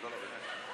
לא, באמת.